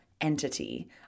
entity